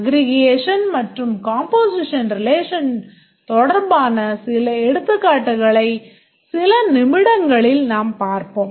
aggregation மற்றும் composition relation தொடர்பான சில எடுத்துக்காட்டுகளை சில நிமிடங்களில் நாம் பார்ப்போம்